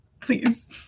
please